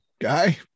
guy